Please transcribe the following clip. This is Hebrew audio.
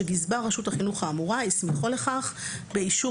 שגזבר רשות החינוך האמורה הסמיכו לכך באישור